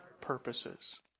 purposes